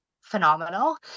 phenomenal